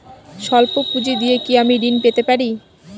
সল্প পুঁজি দিয়ে কি আমি ঋণ পেতে পারি?